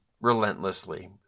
relentlessly